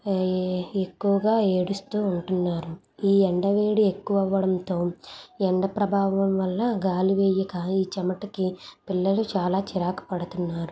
ఏ ఎక్కువగా ఏడుస్తూ ఉంటున్నారు ఈ ఎండవేడి ఎక్కువ అవ్వడంతో ఎండ ప్రభావం వల్ల గాలివెయ్యక ఈ చెమటకి పిల్లలు చాలా చిరాకు పడుతున్నారు